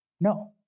no